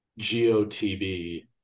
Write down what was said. GOTB